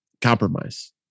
compromise